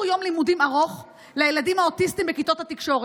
יום לימודים ארוך לילדים האוטיסטים בכיתות התקשורת,